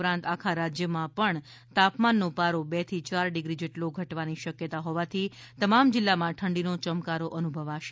ઉપરાંત આખા રાજ્યમાં પણ તાપમાનનો પારો બે થી ચાર ડિગ્રી જેટલો ઘટવાની શક્યતા હોવાથી તમામ જિલ્લામાં ઠંડીનો ચમકારો અનુભવાશે